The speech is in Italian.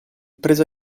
presa